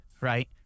right